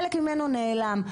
חלק ממנו נעלם.